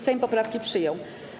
Sejm poprawki przyjął.